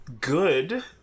good